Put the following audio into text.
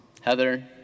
Heather